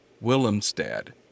Willemstad